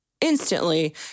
instantly